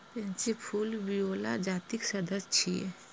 pansy फूल viola जातिक सदस्य छियै